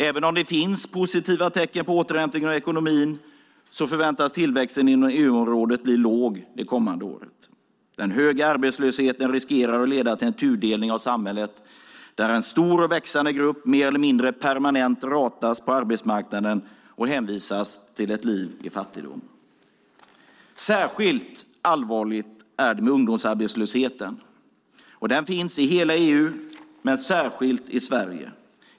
Även om det finns positiva tecken på återhämtning av ekonomin förväntas tillväxten inom EU-området bli låg det kommande året. Den höga arbetslösheten riskerar att leda till en tudelning av samhället där en stor och växande grupp mer eller mindre permanent ratas på arbetsmarknaden och hänvisas till ett liv i fattigdom. Ungdomsarbetslösheten är särskilt allvarlig. Den finns i hela EU men särskilt i Sverige.